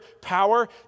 power